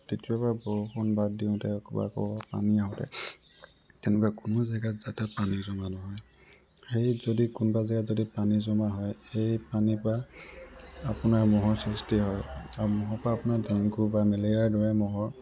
কেতিয়াবা বৰষুণ দিওঁতে বা ক'ৰবাত পানী আহোঁতে তেনেকুৱা কোনো জেগাত যাতে পানী জমা নহয় সেই যদি কোনোবা জেগাত যদি পানী জমা হয় সেই পানীৰ পৰা আপোনাৰ মহৰ সৃষ্টি হয় আৰু মহৰ পৰা আপোনাৰ ডেংগু বা মেলেৰিয়াৰ দৰে মহৰ